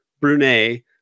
Brunei